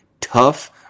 tough